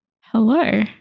Hello